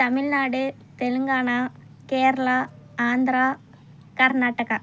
Tamil Nadu Telangana Kerala Andhra Karnataka